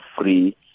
free